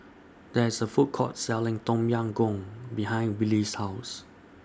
There IS A Food Court Selling Tom Yam Goong behind Wylie's House